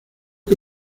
que